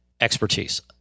expertise